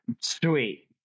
Sweet